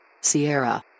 Sierra